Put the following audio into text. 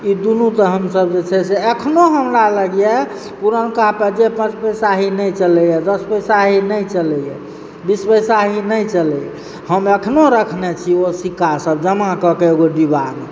ई दुनू तऽ हमसभ जे छै से अखनो हमरा लग यऽ पुरनका जे पंच पैसाहि नहि चलय यऽ दस पैसा नहि चलय यऽ बीस पैसा नहि चलय यऽ हम अखनौ रखने छी ओ सिक्का सब जमा कय कऽ एगो डिब्बा मे